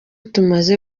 tumaze